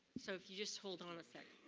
so if you just hold on a sec.